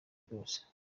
rwose